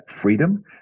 freedom